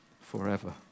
forever